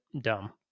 dumb